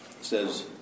says